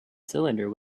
cylinder